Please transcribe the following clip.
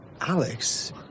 Alex